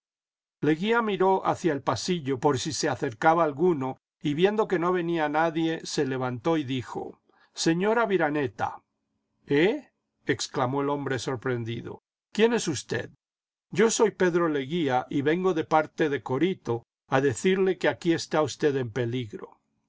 leguía miró hacia el pasillo por si se acercaba alguno y viendo que no venía nadie se levantó y dijo jseñor aviraneta eh exclamó el hombre sorprendido quién es usted yo soy pedro leguía y vengo de parte de corito a decirle que aquí está usted en peligro